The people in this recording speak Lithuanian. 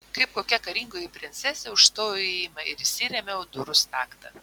kaip kokia karingoji princesė užstojau įėjimą ir įsirėmiau į durų staktą